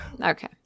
Okay